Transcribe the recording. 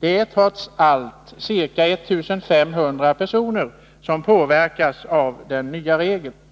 Det är trots allt ca 1500 personer som påverkas av den nya regeln.